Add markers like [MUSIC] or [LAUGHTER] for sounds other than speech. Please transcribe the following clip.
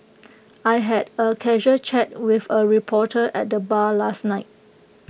[NOISE] I had A casual chat with A reporter at the bar last night